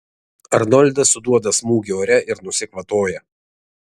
arnoldas suduoda smūgį ore ir nusikvatoja